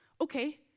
Okay